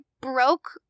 broke